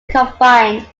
combined